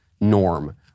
norm